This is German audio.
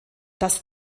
das